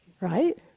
Right